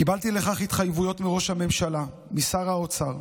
קיבלתי לכך התחייבויות מראש הממשלה ומשר האוצר,